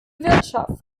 wirtschaft